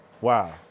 Wow